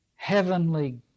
Heavenly